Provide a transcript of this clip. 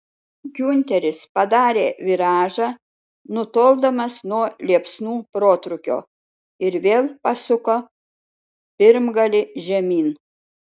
giunteris padarė viražą nutoldamas nuo liepsnų protrūkio ir vėl pasuko pirmgalį žemyn